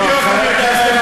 בדיוק אני יודע.